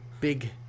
big